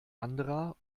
anderer